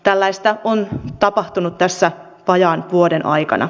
tällaista on tapahtunut tässä vajaan vuoden aikana